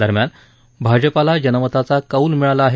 दरम्यान भाजपाला जनमताचा कौल मिळाला आहे